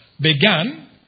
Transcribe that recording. began